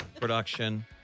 production